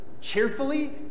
cheerfully